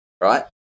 right